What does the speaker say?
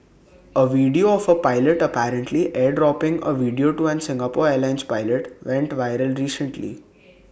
A video of A pilot apparently airdropping A video to an Singapore airlines pilot went viral recently